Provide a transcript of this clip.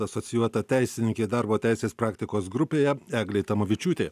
asocijuota teisininkė darbo teisės praktikos grupėje eglė tamavičiūtė